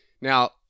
Now